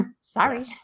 Sorry